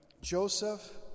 Joseph